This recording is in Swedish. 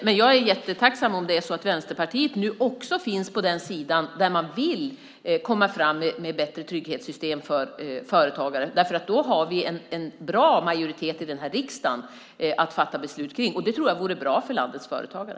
Men jag är jättetacksam om Vänsterpartiet nu finns på den sida där man vill få fram bättre trygghetssystem för företagare. Då har vi en bra majoritet i riksdagen när vi fattar beslut, och det vore bra för landets företagare.